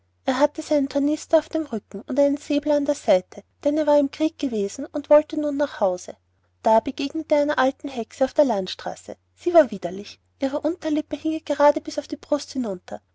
er hatte seinen tornister auf dem rücken und einen säbel an der seite denn er war im krieg gewesen und wollte nun nach hause da begegnete er einer alten hexe auf der landstraße sie war widerlich ihre unterlippe hing ihr gerade bis auf die brust hinunter